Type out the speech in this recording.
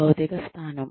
భౌతిక స్థానం